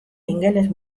ingeles